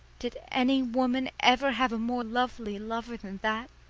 did any woman ever have a more lovely lover than that?